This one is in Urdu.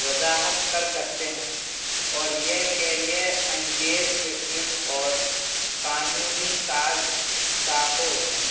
وضاحت کر سکتے ہیں اور یہ کہ یہ انگیز یکوٹ اور کانونی ساز ساخوں کی